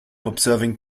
observing